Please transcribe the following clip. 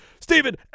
Stephen